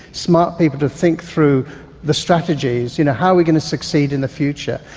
smart people to think through the strategies, you know, how are we going to succeed in the future.